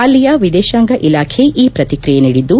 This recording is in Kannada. ಅಲ್ಲಿಯ ವಿದೇಶಾಂಗ ಇಲಾಖೆ ಈ ಪ್ರತಿಕ್ರಿಯೆ ನೀಡಿದ್ದು